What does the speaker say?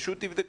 פשוט תבדקו.